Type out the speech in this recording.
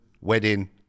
wedding